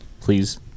please